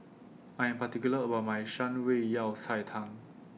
I Am particular about My Shan Rui Yao Cai Tang